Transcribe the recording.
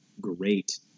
great